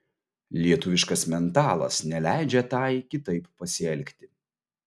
lietuviškas mentalas neleidžia tai kitaip pasielgti